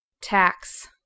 Tax